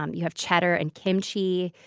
um you have cheddar and kimchee.